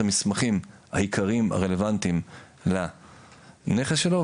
המסמכים העיקריים הרלוונטיים לנכס שלו,